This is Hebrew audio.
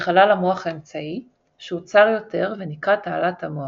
לחלל המוח האמצעי, שהוא צר יותר ונקרא תעלת המוח,